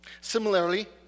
Similarly